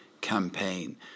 campaign